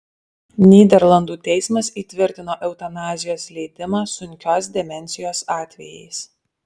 nyderlandų teismas įtvirtino eutanazijos leidimą sunkios demencijos atvejais